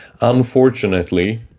Unfortunately